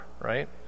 right